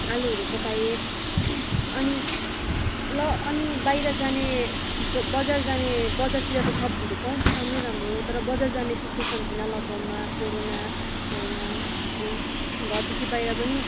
आलुहरू पकाएँ अनि ल अनि बाहिर जाने ब बजार जाने बजारतिर त सब्जीहरू पाउँथ्यो राम्रो राम्रो तर बजार जाने सिच्वेसन थिएन लकडाउनमा कोरोना कोरोना भन्थ्यो घरदेखि बाहिर पनि